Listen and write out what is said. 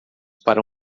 para